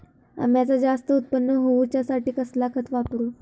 अम्याचा जास्त उत्पन्न होवचासाठी कसला खत वापरू?